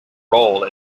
role